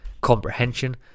comprehension